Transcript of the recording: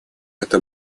это